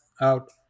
out